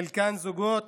חלקם זוגות